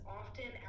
often